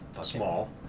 small